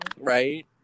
Right